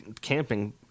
camping